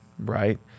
Right